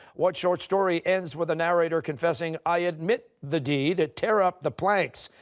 what short story ends with the narrator confessing, i admit the deed tear up the planks.